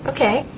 Okay